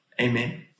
Amen